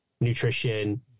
nutrition